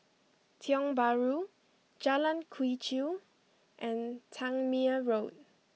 Tiong Bahru Jalan Quee Chew and Tangmere Road